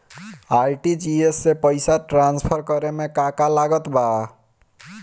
RTGS से पईसा transfer करे मे का का लागत बा?